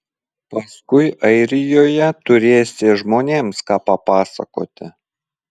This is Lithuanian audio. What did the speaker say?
paskui airijoje turėsi žmonėms ką papasakoti